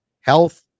health